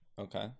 Okay